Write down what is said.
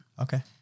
Okay